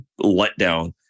letdown